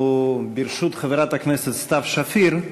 ברשות חברת הכנסת סתיו שפיר,